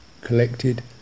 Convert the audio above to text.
collected